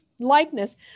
likeness